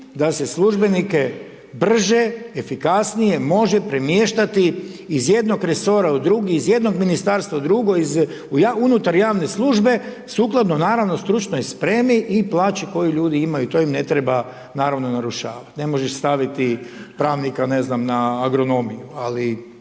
da se službenike brže, efikasnije može premještati iz jednog resora u drugi, iz jednog ministarstva u drugo, unutar javne službe, sukladno naravno stručnoj spremi i plaći koju ljudi imaju, to im ne treba naravno, narušavati, ne možeš staviti pravnika ne znam, na agronomiju ali